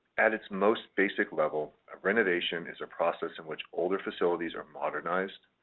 at its most basic level, a renovation is a process in which older facilities are modernized,